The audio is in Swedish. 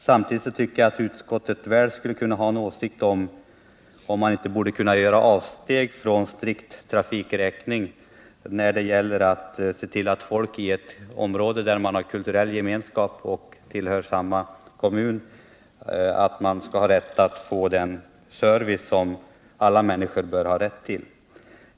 Samtidigt tycker jag att utskottet väl skulle kunna ha en åsikt om huruvida man inte borde kunna göra avsteg från strikt trafikräkning när det gäller att se till att folk i ett område där man har kulturell gemenskap och tillhör samma kommun skall få den service som alla människor bör ha rätt till.